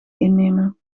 innemen